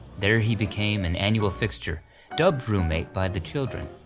there he became an annual fixture dubbed room eight by the children.